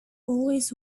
always